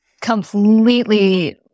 completely